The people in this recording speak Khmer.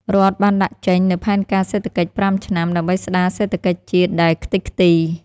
រដ្ឋបានដាក់ចេញនូវផែនការសេដ្ឋកិច្ច ៥ ឆ្នាំ ដើម្បីស្តារសេដ្ឋកិច្ចជាតិដែលខ្ទេចខ្ទី។